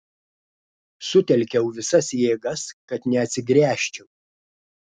sutelkiau visas jėgas kad neatsigręžčiau